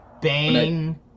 Bang